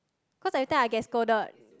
cause every time I get scolded